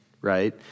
right